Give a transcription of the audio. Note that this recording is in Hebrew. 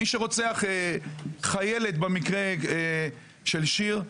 מי שרוצח חיילת במקרה של שיר,